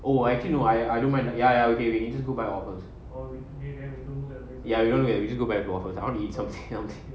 oh actually no I I don't mind ya ya okay wait you just go buy offers or yahoo where we should go back to offer the audience of hills